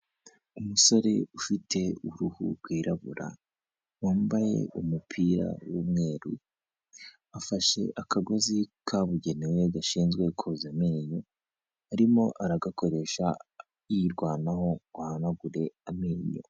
Umusore ufite uruhu rwirabura, wambaye umupira w'umweru. Afashe akagozi kabugenewe gashinzwe koza amenyo, arimo aragakoresha yirwanaho ngo ahanagure amenyo.